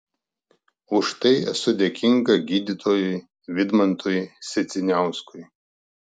už tai esu dėkinga gydytojui vidmantui sedziniauskui